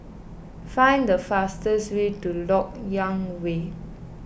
find the fastest way to Lok Yang Way